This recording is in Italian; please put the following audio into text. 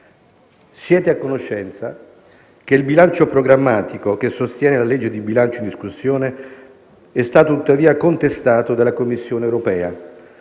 Siete a conoscenza che il bilancio programmatico che sostiene la legge di bilancio in discussione è stato tuttavia contestato dalla Commissione europea,